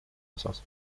osas